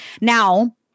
Now